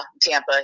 Tampa